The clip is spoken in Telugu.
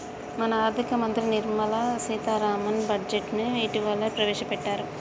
మన ఆర్థిక మంత్రి నిర్మల సీతారామన్ బడ్జెట్ను ఇటీవలనే ప్రవేశపెట్టారు